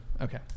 okay